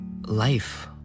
life